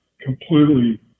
completely